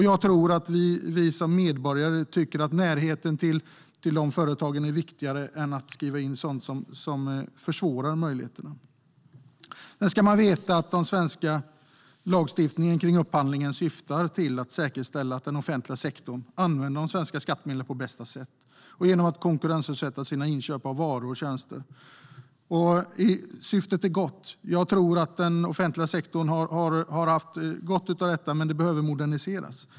Jag tror att vi medborgare tycker att närheten till företagen är viktigare än att sådant som försvårar ska skrivas in. Man ska veta att den svenska lagstiftningen för upphandlingar syftar till att säkerställa att den offentliga sektorn använder de svenska skattemedlen på bästa sätt genom att konkurrensutsätta sina inköp av varor och tjänster. Syftet är gott. Jag tror att den offentliga sektorn har haft gott av detta. Men det behöver moderniseras.